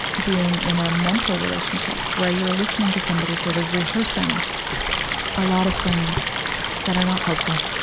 being in a mentor relationship, where you're listening to somebody sort of rehearsing a lot of things that are not helpful,